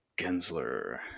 Gensler